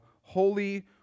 holy